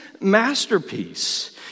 masterpiece